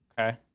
okay